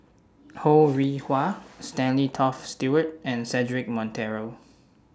Ho Rih Hwa Stanley Toft Stewart and Cedric Monteiro